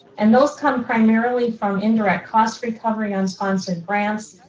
and those come primarily from indirect cost recovery on sponsored grants,